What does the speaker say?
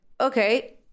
okay